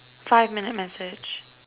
five minutes message